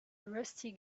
rusty